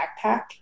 backpack